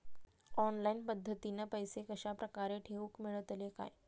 Online पद्धतीन पैसे कश्या प्रकारे ठेऊक मेळतले काय?